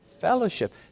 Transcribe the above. Fellowship